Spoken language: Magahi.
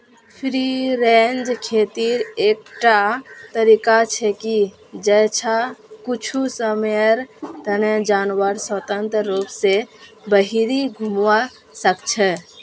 फ्री रेंज खेतीर एकटा तरीका छिके जैछा कुछू समयर तने जानवर स्वतंत्र रूप स बहिरी घूमवा सख छ